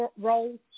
roles